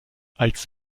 als